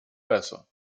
besser